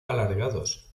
alargados